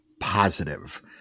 positive